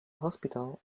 hospital